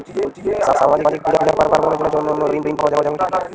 সামাজিক পূজা পার্বণ এর জন্য ঋণ পাওয়া যাবে কি?